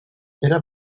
era